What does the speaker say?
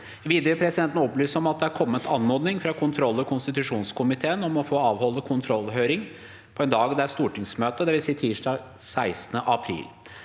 Videre vil presidenten opp- lyse om at det har kommet anmodning fra kontroll- og konstitusjonskomiteen om å få avholde kontrollhøring på en dag det er stortingsmøte, dvs. tirsdag 16. april.